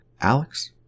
Alex